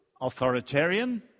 authoritarian